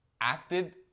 acted